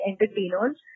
Entertainers